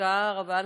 תודה רבה לך,